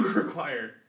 required